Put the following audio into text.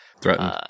threatened